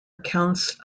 accounts